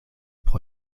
pro